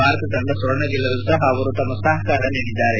ಭಾರತ ತಂಡ ಸ್ವರ್ಣ ಗೆಲ್ಲಲು ಸಹ ಅವರು ತಮ್ಮ ಸಹಕಾರ ನೀಡಿದರು